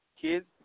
kids